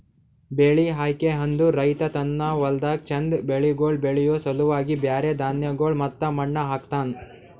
ಬೆಳಿ ಆಯ್ಕೆ ಅಂದುರ್ ರೈತ ತನ್ನ ಹೊಲ್ದಾಗ್ ಚಂದ್ ಬೆಳಿಗೊಳ್ ಬೆಳಿಯೋ ಸಲುವಾಗಿ ಬ್ಯಾರೆ ಧಾನ್ಯಗೊಳ್ ಮತ್ತ ಮಣ್ಣ ಹಾಕ್ತನ್